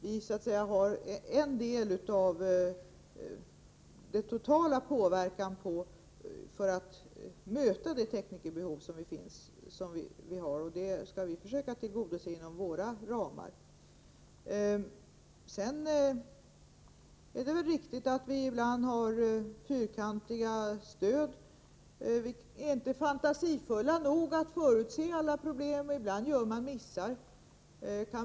Vi utövar dock en del av den totala påverkan för att möta det teknikerbehov som finns, och vi skall försöka tillgodose en del av detta behov inom våra ramar. Det är väl riktigt att de stöd som ges ibland är litet fyrkantiga. Vi är inte fantasifulla nog att förutse alla problem. Ibland gör man missar.